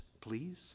please